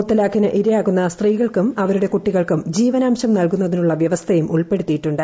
മുത്തലാഖിന് ഇരയാകുന്ന ് സ്ത്രീകൾക്കും അവരുടെ കുട്ടികൾക്കും ജീവനാംശം നൽക്ക്സ്മൃതിനുള്ള വ്യവസ്ഥയും ഉൾപ്പെടുത്തിയിട്ടുണ്ട്